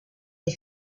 des